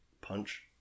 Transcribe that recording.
punch